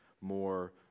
more